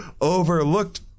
overlooked